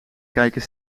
kijken